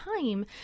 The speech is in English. time